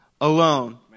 alone